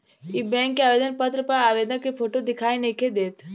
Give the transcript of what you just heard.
इ बैक के आवेदन पत्र पर आवेदक के फोटो दिखाई नइखे देत